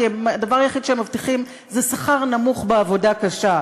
כי הדבר היחיד שהם מבטיחים זה שכר נמוך בעבודה קשה.